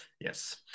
yes